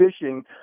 fishing